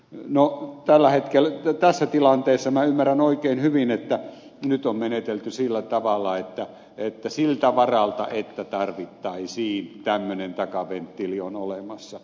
no tässä tilanteessa minä ymmärrän oikein hyvin että nyt on menetelty sillä tavalla että siltä varalta että tarvittaisiin tämmöinen takaventtiili on olemassa